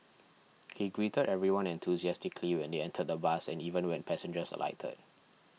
he greeted everyone enthusiastically when they entered the bus and even when passengers alighted